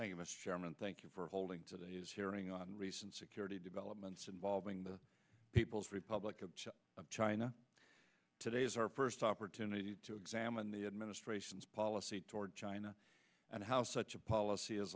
must thank you for holding today's hearing on recent security developments involving the people's republic of china today is our first opportunity to examine the administration's policy toward china and how such a policy is